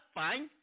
fine